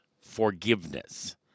forgiveness